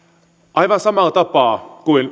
aivan samalla tapaa kuin